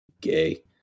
gay